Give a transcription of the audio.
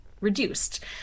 reduced